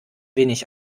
wenig